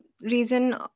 Reason